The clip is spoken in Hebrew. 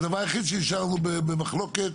הדבר היחיד שהשארנו במחלוקת,